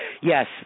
Yes